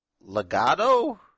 Legato